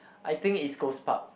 I think East-Coast-Park